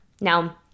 Now